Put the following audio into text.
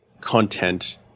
content